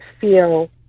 feel